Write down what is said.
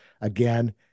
Again